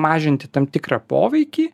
mažinti tam tikrą poveikį